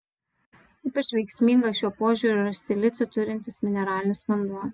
ypač veiksmingas šiuo požiūriu yra silicio turintis mineralinis vanduo